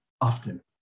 often